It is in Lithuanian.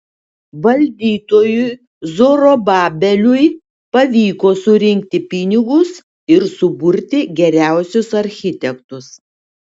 valdytojui zorobabeliui pavyko surinkti pinigus ir suburti geriausius architektus